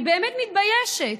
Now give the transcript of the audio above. אני באמת מתביישת,